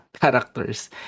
characters